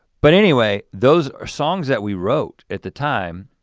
but anyway, those are songs that we wrote at the time.